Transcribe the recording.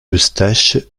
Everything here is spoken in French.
eustache